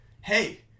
hey